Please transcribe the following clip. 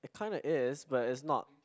it kinda is but it's not